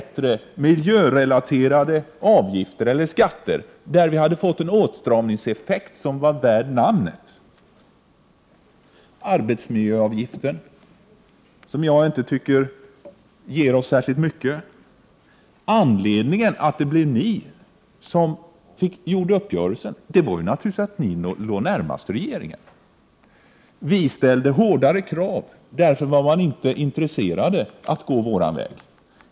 1988/89:130 eller skatter som skulle ha fått en åtstramningseffekt som var värd namnet. 7 juni 1989 Och arbetsmiljöavgiften tycker jag inte ger oss särskilt mycket. Anledningen till att det blev ni som gjorde uppgörelsen var naturligtvis att ni låg närmast regeringen. Vi ställde hårdare krav, och därför var man inte intresserad av att gå vår väg.